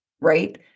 right